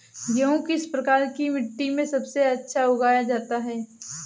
गेहूँ किस प्रकार की मिट्टी में सबसे अच्छा उगाया जाता है?